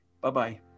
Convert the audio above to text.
bye-bye